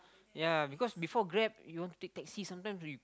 ya because before Grab you want to take taxi sometimes we